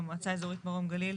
המועצה האזורית מרום הגליל,